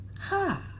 ha